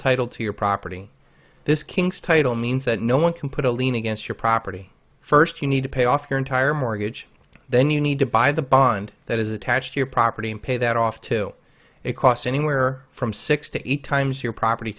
title to your property this kings title means that no one can put a lien against your property first you need to pay off your entire mortgage then you need to buy the bond that is attached to your property and pay that off to a cost anywhere from six to eight times your property